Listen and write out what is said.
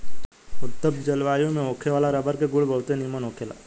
उत्तम जलवायु में होखे वाला रबर के गुण बहुते निमन होखेला